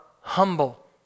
humble